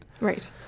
Right